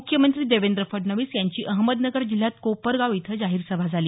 मुख्यमंत्री देवेंद्र फडणवीस यांची अहमदनगर जिल्ह्यात कोपरगाव इथं जाहीर सभा झाली